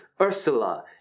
Ursula